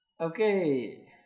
Okay